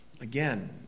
Again